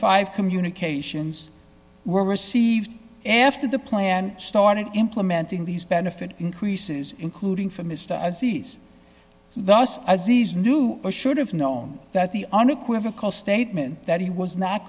five communications were received after the plan started implementing these benefit increases including for mr as east the us as these new or should have known that the unequivocal statement that he was not